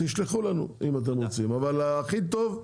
תשלחו לנו אם אתם רוצים, אבל הכי טוב,